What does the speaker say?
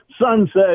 Sunset